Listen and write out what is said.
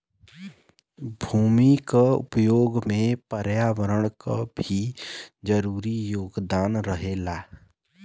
भूमि क उपयोग में पर्यावरण क भी जरूरी योगदान रहेला